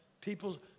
people